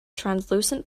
translucent